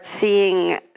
seeing